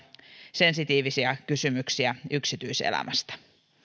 sensitiivisiä kysymyksiä yksityiselämästä